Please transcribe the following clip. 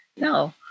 No